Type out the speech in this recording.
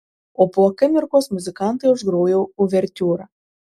o po akimirkos muzikantai užgrojo uvertiūrą